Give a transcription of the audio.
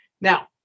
Now